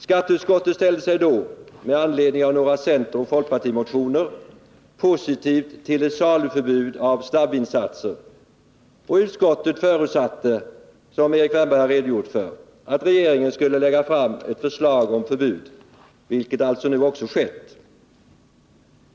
Skatteutskottet ställde sig då, med anledning av några centeroch folkpartimotioner, positivt till ett saluförbud för snabbvinsatser, och utskottet förutsatte att regeringen skulle lägga fram ett förslag om förbud, vilket alltså nu har skett.